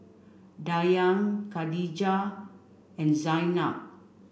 Dayang Khadija and Zaynab